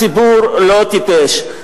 הציבור לא טיפש.